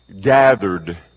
gathered